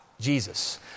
Jesus